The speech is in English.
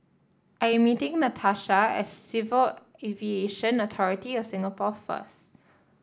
I am meeting Natasha at Civil Aviation Authority of Singapore first